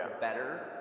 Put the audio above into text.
better